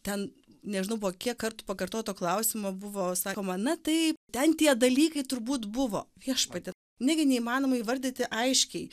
ten nežinau buvo kiek kartų pakartoto klausimo buvo sakoma na taip ten tie dalykai turbūt buvo viešpatie negi neįmanoma įvardyti aiškiai